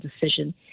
decision